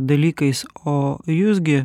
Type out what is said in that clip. dalykais o jūs gi